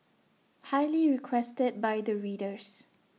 highly requested by the readers